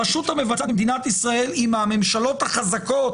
הרשות המבצעת במדינת ישראל היא מהממשלות החזקות